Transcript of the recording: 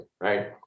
right